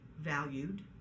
valued